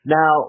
Now